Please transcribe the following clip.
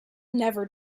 never